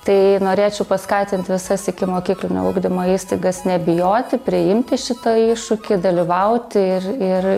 tai norėčiau paskatint visas ikimokyklinio ugdymo įstaigas nebijoti priimti šitą iššūkį dalyvauti ir ir